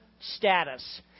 status